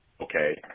okay